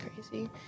crazy